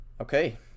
Okay